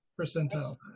percentile